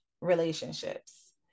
relationships